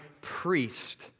priest